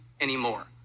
anymore